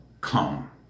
come